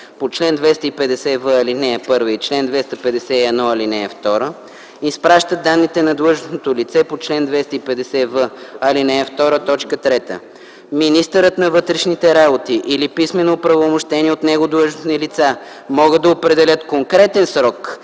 по чл. 250в, ал. 1 и по чл. 251, ал. 2, изпращат данните на длъжностното лице по чл. 250в, ал. 2, т. 3. Министърът на вътрешните работи или писмено оправомощени от него длъжностни лица могат да определят конкретен срок,